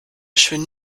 schön